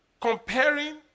comparing